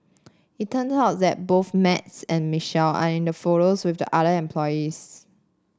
it turns out that both Max and Michelle are in the photos with the other employees